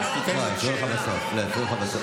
זה לא נכון,